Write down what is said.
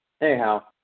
Anyhow